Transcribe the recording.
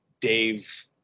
Dave